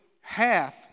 half